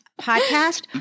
podcast